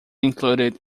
included